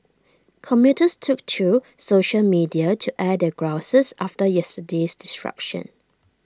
commuters took to social media to air their grouses after yesterday's disruption